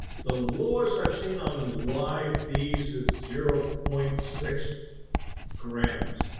the lowest i've seen on live bees is zero point six grams.